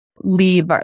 leave